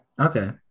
Okay